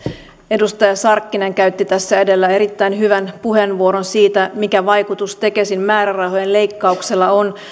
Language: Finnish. edustaja sarkkinen käytti edellä erittäin hyvän puheenvuoron siitä mikä vaikutus tekesin määrärahojen leikkauksella on